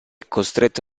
costretto